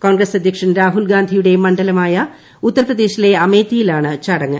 കോൺഗ്രസ് അധ്യക്ഷൻ രാഹുൽഗാന്ധിയുടെ മണ്ഡലമായ ഉത്തർപ്രദേശിലെ അമേത്തിയിലാണ് ചടങ്ങ്